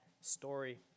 story